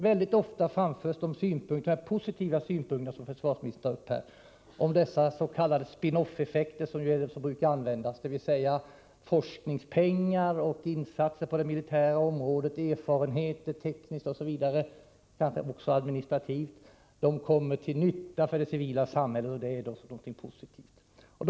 Mycket ofta framförs det synpunkter om positiva effekter, som försvarsministern också tar upp, som s.k. spin off-effekter, dvs. forskningspengar, insatser på det militära området, erfarenheter när det gäller teknik och administration, nyttoeffekter för det civila samhället m.m.